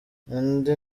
undi